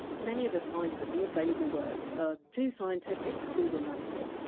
many of us find that the available words are too scientific to be romantic,